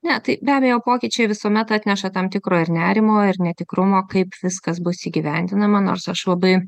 ne tai be abejo pokyčiai visuomet atneša tam tikro ir nerimo ir netikrumo kaip viskas bus įgyvendinama nors aš labai